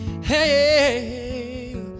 Hey